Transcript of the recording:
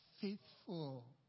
faithful